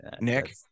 Nick